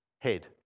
head